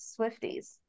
Swifties